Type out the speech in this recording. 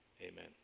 Amen